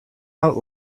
out